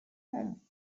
home